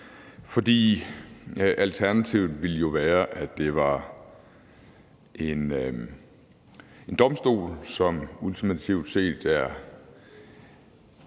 for alternativet ville jo være, at det var en domstol, som ultimativt set er